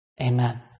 Amen